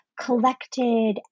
collected